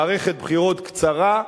מערכת בחירות קצרה,